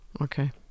Okay